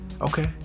okay